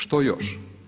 Što još?